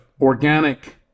organic